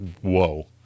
Whoa